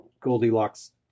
Goldilocks